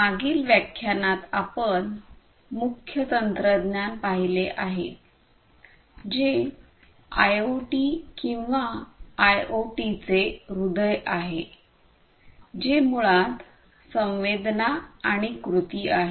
मागील व्याख्यानात आपण मुख्य तंत्रज्ञान पाहिले आहे जे आयओटी किंवा आयआयओटीचे हृदय आहे जे मुळात संवेदना आणि कृती आहे